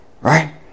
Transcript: Right